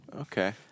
Okay